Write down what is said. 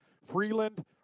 Freeland